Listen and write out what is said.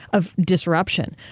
of disruption,